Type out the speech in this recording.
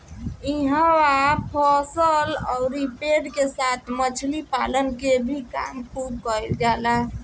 इहवा फसल अउरी पेड़ के साथ मछली पालन के भी काम खुब कईल जाला